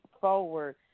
forward